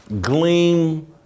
gleam